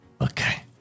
Okay